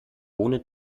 ohne